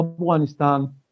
Afghanistan